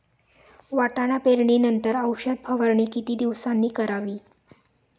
वाटाणा पेरणी नंतर औषध फवारणी किती दिवसांनी करावी?